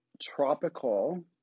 tropical